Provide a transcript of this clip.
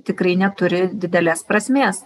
tikrai neturi didelės prasmės